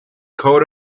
coat